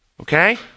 Okay